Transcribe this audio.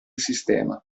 sistema